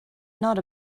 not